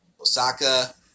Osaka